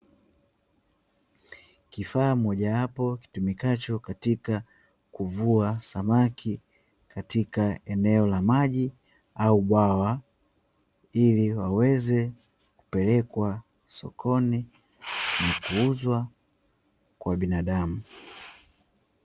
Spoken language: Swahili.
Kifaaa moja wapo kitumikacho katika kuvuwa samaki katika eneo la maji au bwawa, ili waweze kupelekewa sokoni na kuuzwa kwa binadamu.